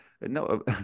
No